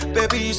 Baby